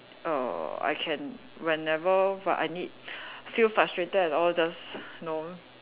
err I can whenever but I need feel frustrated and all just know